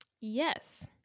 Yes